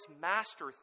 master